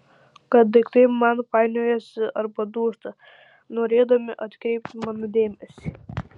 kad daiktai man painiojasi arba dūžta norėdami atkreipti mano dėmesį